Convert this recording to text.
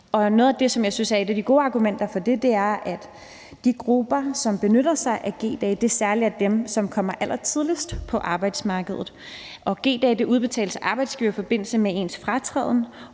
er et af de gode argumenter for det, er, at de grupper, som benytter sig af G-dage, særlig er dem, som kommer allertidligst på arbejdsmarkedet. G-dage udbetales til arbejdsgiver i forbindelse med ens fratræden